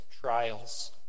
trials